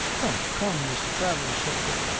come, come, mr. travers, said dick,